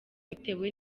bitewe